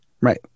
Right